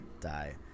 die